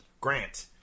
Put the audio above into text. Grant